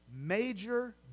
major